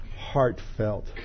heartfelt